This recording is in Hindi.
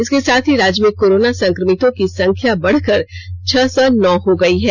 इसके साथ ही राज्य में कोरोना संक्रमितों की संख्या बढ़कर छह सौ नौ हो गई है